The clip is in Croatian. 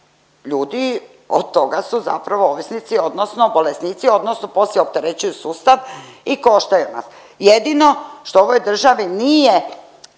ljudi od toga su zapravo ovisnici odnosno bolesnici odnosno poslije opterećuju sustav i koštaju nam. Jedino što ovoj državi nije